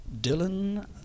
Dylan